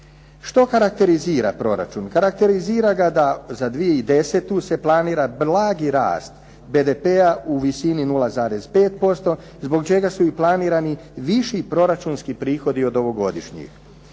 Što karakterizira proračun? Karakterizira ga da za 2010. se planira blagi rast BDP-a u visini 0,5% zbog čega su i planirani viši proračunski prihodi od ovogodišnjih.